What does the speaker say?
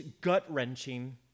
gut-wrenching